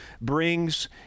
brings